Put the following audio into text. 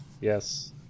Yes